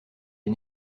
est